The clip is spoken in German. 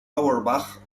auerbach